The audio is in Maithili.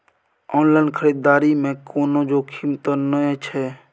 ऑनलाइन खरीददारी में कोनो जोखिम त नय छै?